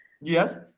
Yes